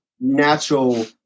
natural